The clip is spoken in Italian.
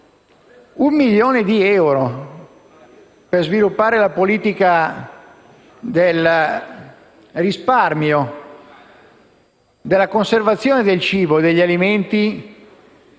un milione di euro per sviluppare la politica del risparmio, della conservazione degli alimenti